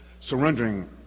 surrendering